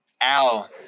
Al